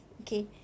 Okay